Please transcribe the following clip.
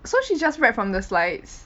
so she just read from the slides